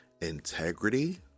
integrity